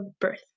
birth